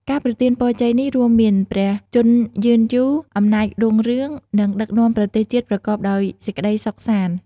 ការប្រទានពរជ័យនេះរួមមាន ព្រះជន្មយឺនយូរ អំណាចរុងរឿង និងដឹកនាំប្រទេសជាតិប្រកបដោយសេចក្តីសុខសាន្ត។